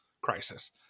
crisis